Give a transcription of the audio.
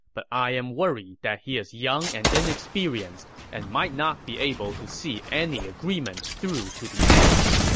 but i am worried that he is young and inexperienced and might not be able to see any agreement through to the end.